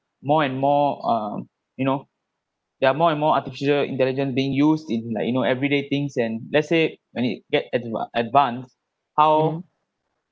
more and more um you know there are more and more artificial intelligent being used in like you know everyday things and let's say when it get advance how